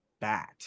Bat